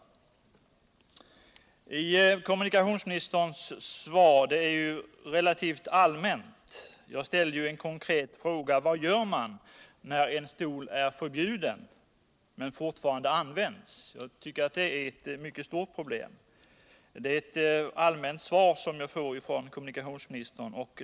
bilbarnstol Jag ställde en konkret fråga om vad man gör när en bilbarnstol är förbjuden men fortfarande används, eftersom jag tycker att det är ett mycket stort problem, men det var ett allmänt svar jag fick av kommunikationsministern.